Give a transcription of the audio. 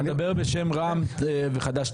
אתה מדבר בשם רע"ם וחד"ש-תע"ל?